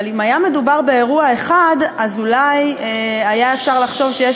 אבל אם היה מדובר על אירוע אחד אז אולי היה אפשר לחשוב שיש